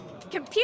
Computer